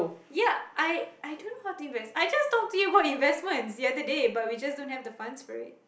ya I I don't know how to invest I just talk to you about investments the other day but we just don't have the funds for it